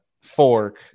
fork